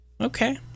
Okay